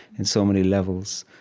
in so many levels,